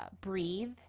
breathe